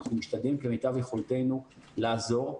אנחנו משתדלים כמיטב יכולתנו לעזור,